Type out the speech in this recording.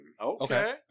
Okay